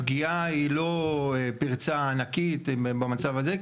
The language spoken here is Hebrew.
הפגיעה היא לא פרצה ענקית במצב הזה.